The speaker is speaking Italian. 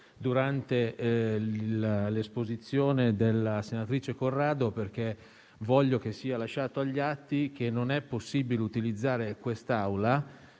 durante l'esposizione della senatrice Corrado, perché voglio che sia lasciato agli atti che non è possibile utilizzare in quest'Aula